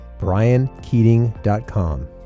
briankeating.com